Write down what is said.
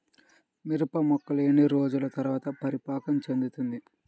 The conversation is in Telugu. మిరప మొక్క ఎన్ని రోజుల తర్వాత పరిపక్వం చెందుతుంది?